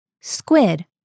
Squid